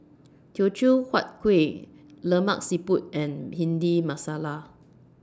Teochew Huat Kuih Lemak Siput and Bhindi Masala